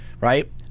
right